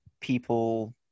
people